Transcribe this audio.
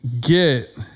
get